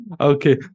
Okay